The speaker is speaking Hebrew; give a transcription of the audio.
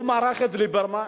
הוא מרח את ליברמן,